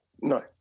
No